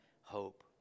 hope